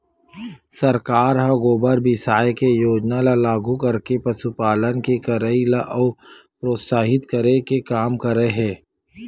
सरकार ह गोबर बिसाये के योजना ल लागू करके पसुपालन के करई ल अउ प्रोत्साहित करे के काम करे हे